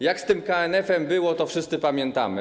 Jak z tym KNF było, to wszyscy pamiętamy.